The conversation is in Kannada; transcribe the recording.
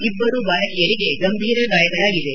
ಇಬ್ಲರು ಬಾಲಕಿಯರಿಗೆ ಗಂಭೀರ ಗಾಯಗಳಾಗಿವೆ